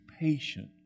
patient